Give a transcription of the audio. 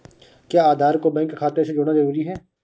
क्या आधार को बैंक खाते से जोड़ना जरूरी है?